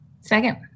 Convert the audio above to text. Second